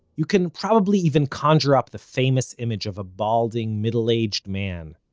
you can probably even conjure up the famous image of a balding, middle-aged man,